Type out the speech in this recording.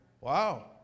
Wow